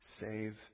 save